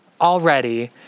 already